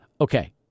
okay